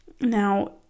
Now